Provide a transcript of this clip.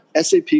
SAP